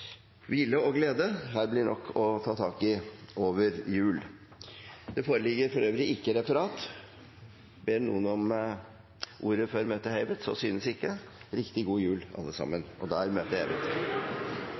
hvile og glede, her blir det nok å ta tak i over jul. Ber noen om ordet før møtet heves? Så synes ikke. Riktig god jul, alle sammen!